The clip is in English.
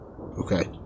Okay